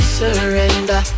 surrender